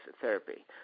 Therapy